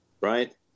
right